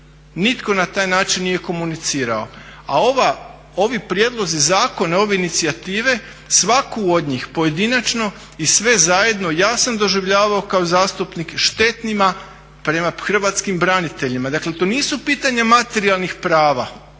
nitko na taj način nije komunicirao. A ovi prijedlozi zakona, ove inicijative, svaku od njih pojedinačno i sve zajedno ja sam doživljavao kao zastupnik štetnima prema hrvatskim braniteljima. Dakle, to nisu pitanja materijalnih prava.